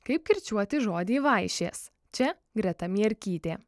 kaip kirčiuoti žodį vaišės čia greta mierkytė